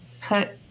put